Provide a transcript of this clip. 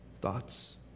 thoughts